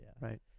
Right